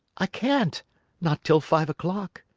i can't not till five o'clock.